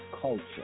culture